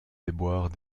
déboires